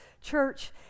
church